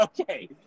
Okay